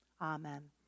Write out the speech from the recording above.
Amen